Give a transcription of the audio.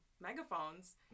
megaphones